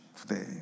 today